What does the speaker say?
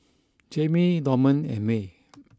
Jaime Dorman and Mae